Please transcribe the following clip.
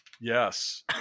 Yes